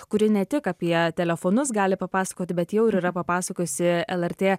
kuri ne tik apie telefonus gali papasakoti bet jau ir yra papasakojusi lrt